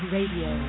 Radio